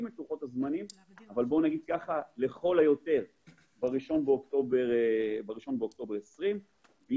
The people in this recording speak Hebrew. את לוחות הזמנים אבל לכל היותר ב-1 באוקטובר 2020 היא